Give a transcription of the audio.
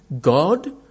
God